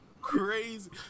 crazy